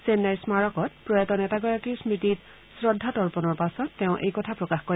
চেন্নাইৰ স্মাৰকত প্ৰয়াত নেতাগৰাকীৰ স্মৃতিত শ্ৰদ্ধা তৰ্পণৰ পাছত তেওঁ এইকথা প্ৰকাশ কৰে